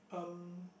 um